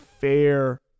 fair